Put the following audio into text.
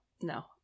No